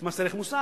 את מס ערך מוסף,